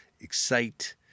Excite